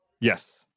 Yes